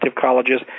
colleges